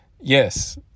yes